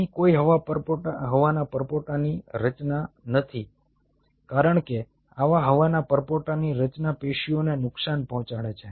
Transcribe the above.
અહીં કોઈ હવા પરપોટાની રચના થતી નથી કારણ કે આવા હવાના પરપોટાની રચના પેશીઓને નુકસાન પહોંચાડે છે